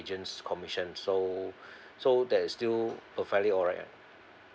agent commission so so that is still so perfectly alright